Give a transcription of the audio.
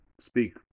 speak